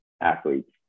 athletes